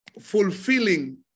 Fulfilling